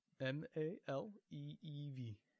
M-A-L-E-E-V